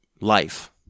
Life